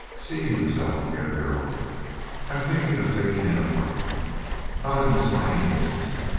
seating himself near darrell i'm thinking of taking in a partner not in this mining business,